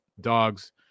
dogs